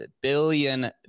billion